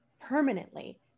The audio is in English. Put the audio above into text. permanently